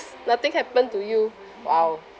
nothing happened to you !wow!